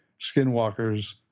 skinwalkers